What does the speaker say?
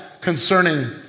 concerning